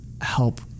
help